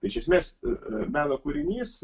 iš esmės meno kūrinys